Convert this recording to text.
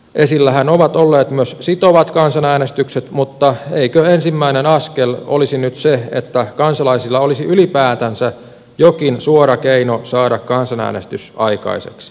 esillähän ovat olleet myös sitovat kansanäänestykset mutta eikö ensimmäinen askel olisi nyt se että kansalaisilla olisi ylipäätänsä jokin suora keino saada kansanäänestys aikaiseksi